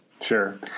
Sure